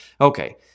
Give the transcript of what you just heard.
Okay